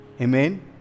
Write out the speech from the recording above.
Amen